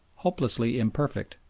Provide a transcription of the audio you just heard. hopelessly imperfect,